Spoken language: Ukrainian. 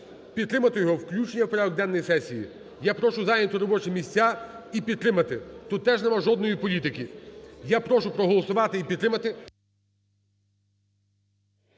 підтримати його включення в порядок денний сесії. Я прошу зайняти робочі місця і підтримати. Тут теж нема жодної політики. Я прошу проголосувати і підтримати.